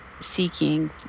seeking